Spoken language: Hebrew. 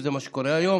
וזה מה שקורה היום.